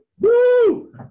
Woo